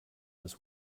this